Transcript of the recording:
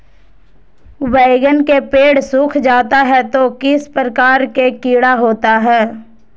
बैगन के पेड़ सूख जाता है तो किस प्रकार के कीड़ा होता है?